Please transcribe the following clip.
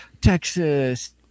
Texas